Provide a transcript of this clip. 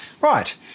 right